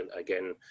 again